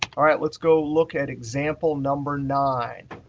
all right, let's go look at example number nine.